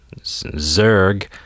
Zerg